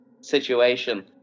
situation